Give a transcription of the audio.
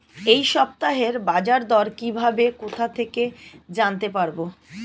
এই সপ্তাহের বাজারদর কিভাবে কোথা থেকে জানতে পারবো?